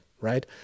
right